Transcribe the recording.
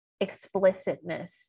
explicitness